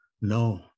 No